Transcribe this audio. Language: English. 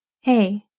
Hey